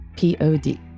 Pod